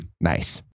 Nice